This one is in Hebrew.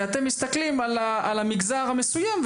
ואתם מסתכלים על המגזר המסוים,